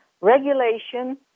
regulation